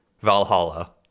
Valhalla